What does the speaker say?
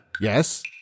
Yes